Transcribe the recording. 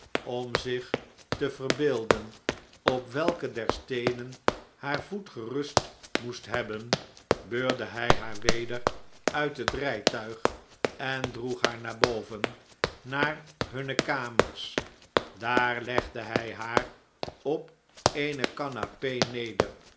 om zich te verbeeldeh op welke der steenen haar voet gerust moest hebben beurde hij haar weder uit net rijtuig en droeg haar naar boven naar hunne kamers daar legde hij haar op eene canape neder